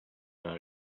that